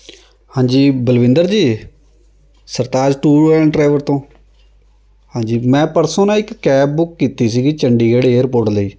ਹਾਂਜੀ Balwinder ji Sartaj tour and travel ਤੋਂ ਹਾਂਜੀ ਮੈਂ ਪਰਸੋਂ ਨਾ ਇੱਕ ਕੈਬ ਬੁੱਕ ਕੀਤੀ ਸੀਗੀ ਚੰਡੀਗੜ੍ਹ ਏਅਰਪੋਰਟ ਲਈ